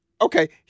Okay